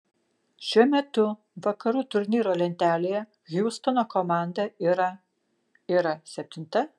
šiuo metu vakarų turnyro lentelėje hjustono komanda yra yra septinta